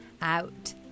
out